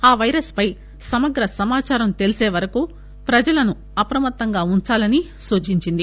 ఆ పైరస్పై సమగ్ర సమాచారం తెలీసేవరకు ప్రజలను అప్రమత్తంగా ఉంచాలని సూచించింది